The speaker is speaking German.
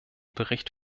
bericht